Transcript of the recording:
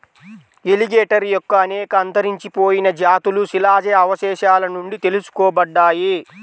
alligator యొక్క అనేక అంతరించిపోయిన జాతులు శిలాజ అవశేషాల నుండి తెలుసుకోబడ్డాయి